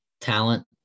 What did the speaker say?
talent